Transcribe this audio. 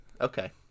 Okay